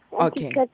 Okay